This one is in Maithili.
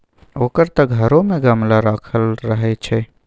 ओकर त घरो मे गमला राखल रहय छै